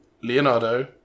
Leonardo